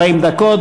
40 דקות,